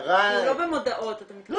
לא במודעות אתה מתכוון אלא